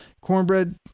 Cornbread